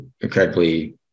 incredibly